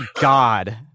God